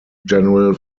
general